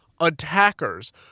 attackers